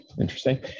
interesting